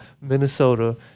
Minnesota